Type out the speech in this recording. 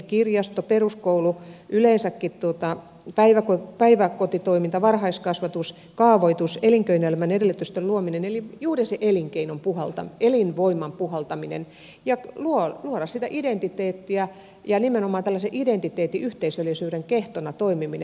kirjasto peruskoulu yleensäkin päiväkotitoiminta varhaiskasvatus kaavoitus elinkeinoelämän edellytysten luominen eli juuri se elinvoiman puhaltaminen ja sen identiteetin luominen ja nimenomaan tällaisen identiteetin yhteisöllisyyden kehtona toimiminen